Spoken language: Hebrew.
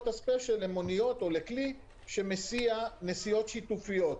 הספיישל למוניות או לכלי שמסיע נסיעות שיתופיות.